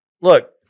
Look